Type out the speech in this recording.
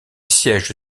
siège